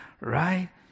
right